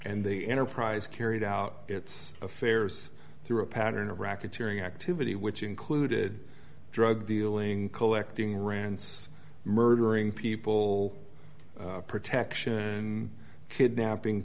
and the enterprise carried out its affairs through a pattern of racketeering activity which included drug dealing collecting rance murdering people protection kidnapping